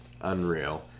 unreal